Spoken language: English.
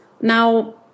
Now